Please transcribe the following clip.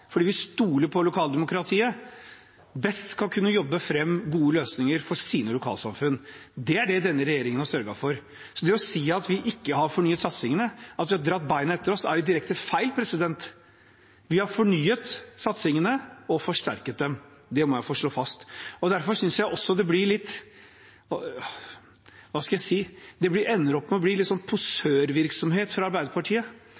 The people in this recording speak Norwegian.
fordi vi stoler på lokaldemokratiet, best skal kunne jobbe fram gode løsninger for sine lokalsamfunn. Det er det denne regjeringen har sørget for. Så det å si at vi ikke har fornyet satsingene, at vi har dratt beina etter oss, er direkte feil. Vi har fornyet satsingene og forsterket dem – det må jeg få slå fast. Derfor synes jeg også det ender opp med å bli litt, hva skal jeg si, posørvirksomhet fra Arbeiderpartiet, hvor man i Stortinget nærmest ønsker å